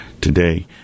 today